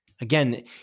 again